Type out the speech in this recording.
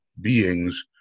beings